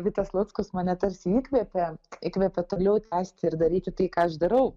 vitas luckus mane tarsi įkvėpė įkvėpė toliau tęsti ir daryti tai ką aš darau